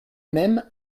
même